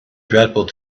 dreadful